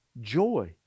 joy